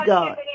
God